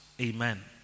Amen